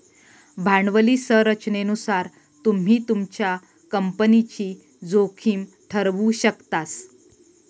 भांडवली संरचनेनुसार तुम्ही तुमच्या कंपनीची जोखीम ठरवु शकतास